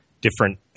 different